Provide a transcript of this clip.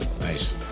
Nice